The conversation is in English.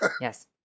Yes